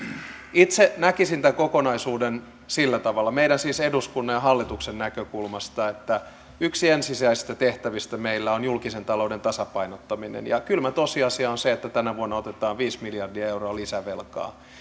itse näkisin tämän kokonaisuuden sillä tavalla siis eduskunnan ja hallituksen näkökulmasta että yksi ensisijaisista tehtävistä meillä on julkisen talouden tasapainottaminen kylmä tosiasia on se että tänä vuonna otetaan viisi miljardia euroa lisävelkaa